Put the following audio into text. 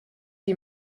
die